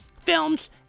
films